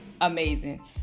amazing